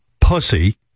Pussy